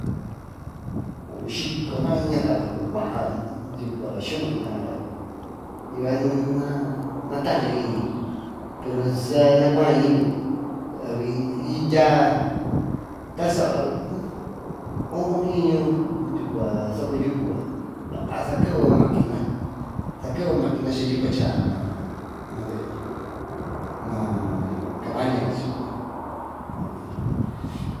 Uny siyco naayñi soco cua skuu kaa ravi yucua y nataiñi pero saa nacua iñy vi dyia tary saa oho, iñy yucua soco yucu baa sakeve makina sakeveyo makina cha yucua chaayo maa vee maa cabaña cachi maani.